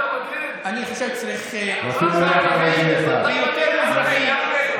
אני חושב שצריך, חבר הכנסת טיבי.